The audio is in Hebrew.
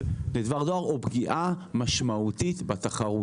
לדבר דואר או פגיעה משמעותית בתחרות.